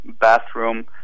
bathroom